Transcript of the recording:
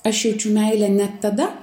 aš jaučiu meilę net tada